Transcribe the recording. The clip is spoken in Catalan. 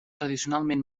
tradicionalment